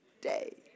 day